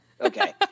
Okay